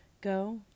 go